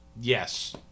Yes